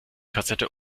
kassette